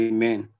Amen